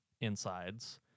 insides